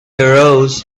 arose